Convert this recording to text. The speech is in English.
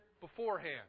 beforehand